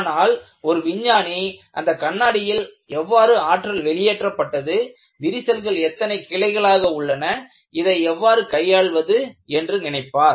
ஆனால் ஒரு விஞ்ஞானி அந்த கண்ணாடியில் எவ்வாறு ஆற்றல் வெளியேற்றப்பட்டது விரிசல்கள் எத்தனை கிளைகளாக உள்ளன இதை எவ்வாறு கையாள்வது என்று நினைப்பார்